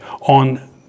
on